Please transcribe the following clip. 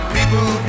People